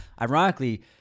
ironically